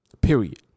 Period